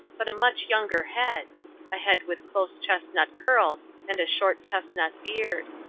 but a much younger head a head with close chestnut curls and a short chestnut beard.